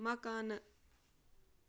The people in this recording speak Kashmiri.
مکانہٕ